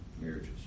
marriages